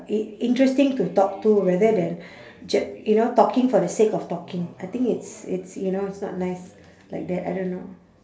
i~ interesting to talk to rather than ju~ you know talking for the sake of talking I think it's it's you know it's not nice like that I don't know